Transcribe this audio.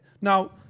Now